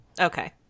Okay